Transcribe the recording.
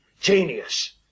genius